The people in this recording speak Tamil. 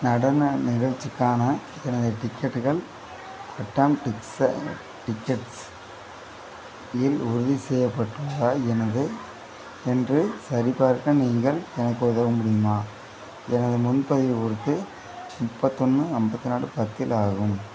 நடன நிகழ்ச்சிக்கான எனது டிக்கெட்டுகள் அட்டம் டிக்ஸ டிக்கெட்ஸ் இல் உறுதி செய்யப்பட்டுள்ளதா எனது என்று சரிபார்க்க நீங்கள் எனக்கு உதவ முடியுமா எனது முன்பதிவு குறித்து முப்பத்தொன்று ஐம்பத்தி நாலு பத்தில் ஆகும்